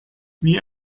wie